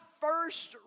first